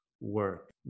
work